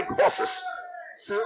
horses